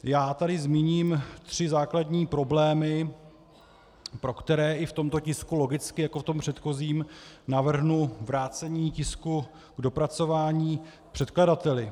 Já tady zmíním tři základní problémy, pro které i v tomto tisku logicky jako v tom předchozím navrhnu vrácení tisku k dopracování předkladateli.